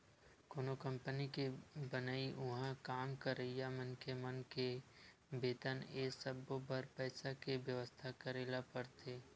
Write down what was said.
कोनो कंपनी के बनई, उहाँ काम करइया मनखे मन के बेतन ए सब्बो बर पइसा के बेवस्था करे ल परथे